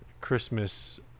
Christmas